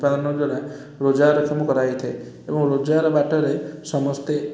ଉତ୍ପାଦନ ଦ୍ୱାରା ରୋଜଗାରକ୍ଷମ କରା ହେଇଥାଏ ଏବଂ ରୋଜଗାର ବାଟରେ ସମସ୍ତେ